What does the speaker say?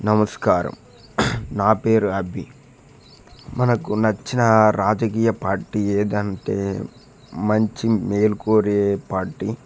నమస్కారం నా పేరు అభి మనకు నచ్చిన రాజకీయ పార్టీ ఏంటంటే మంచి మేలు కోరే పార్టీ